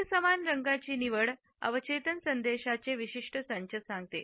एकसमान रंगांची निवड अवचेतन संदेशांचे विशिष्ट संच सांगते